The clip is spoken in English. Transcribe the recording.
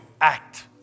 act